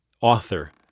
author